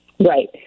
Right